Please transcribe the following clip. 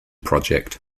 project